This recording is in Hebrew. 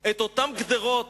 את אותן גדרות